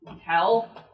Hell